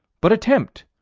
but attempt,